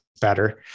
better